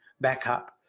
backup